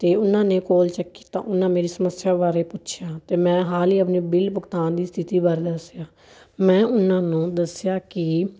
ਅਤੇ ਉਹਨਾਂ ਨੇ ਕੌਲ ਚੱਕੀ ਤਾਂ ਉਹਨਾਂ ਮੇਰੀ ਸਮੱਸਿਆ ਬਾਰੇ ਪੁੱਛਿਆ ਅਤੇ ਮੈਂ ਹਾਲ ਹੀ ਆਪਣੇ ਬਿੱਲ ਭੁਗਤਾਨ ਦੀ ਸਥਿਤੀ ਬਾਰੇ ਦੱਸਿਆ ਮੈਂ ਉਹਨਾਂ ਨੂੰ ਦੱਸਿਆ ਕਿ